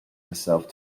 herself